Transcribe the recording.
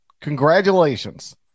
Congratulations